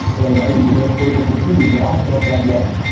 and by using this we are able to completely wash out that web.